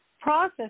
process